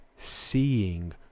Seeing